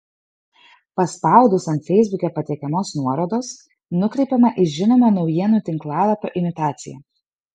paspaudus ant feisbuke patiekiamos nuorodos nukreipiama į žinomo naujienų tinklalapio imitaciją